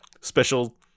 special